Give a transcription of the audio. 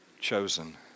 chosen